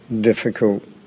difficult